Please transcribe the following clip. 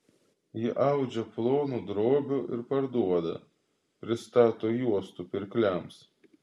ji audžia plonų drobių ir parduoda pristato juostų pirkliams